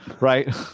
Right